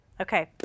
Okay